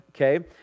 okay